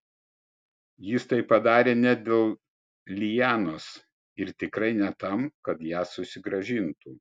jis tai padarė ne dėl lianos ir tikrai ne tam kad ją susigrąžintų